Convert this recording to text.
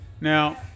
Now